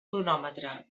cronòmetre